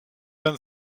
dann